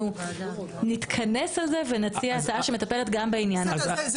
אנחנו נתכנס על זה ונציע הצעה שמטפלת גם בעניין הזה.